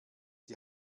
die